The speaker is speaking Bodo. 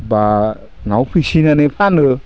बा न'आव फिसिनानै फानो